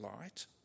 light